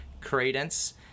credence